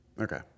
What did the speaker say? Okay